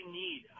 need